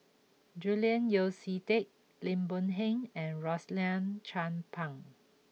Julian Yeo See Teck Lim Boon Heng and Rosaline Chan Pang